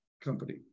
company